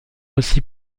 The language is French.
aussi